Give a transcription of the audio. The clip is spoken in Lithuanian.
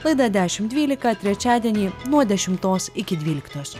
laida dešimt dvylika trečiadienį nuo dešimtos iki dvyliktos